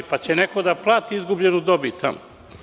Hoće li neko da plati izgubljenu dobit tamo?